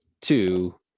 two